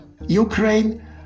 Ukraine